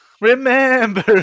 Remember